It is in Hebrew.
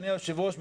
אדוני היושב-ראש,